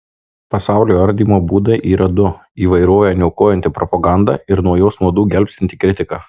pasaulio ardymo būdai yra du įvairovę niokojanti propaganda ir nuo jos nuodų gelbstinti kritika